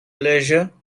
leisure